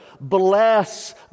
bless